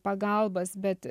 pagalbas bet